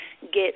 get